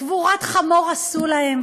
קבורת חמור עשו להם.